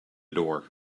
door